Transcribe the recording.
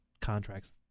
contracts